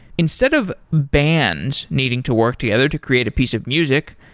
instead of bands needing to work together to create a piece of music,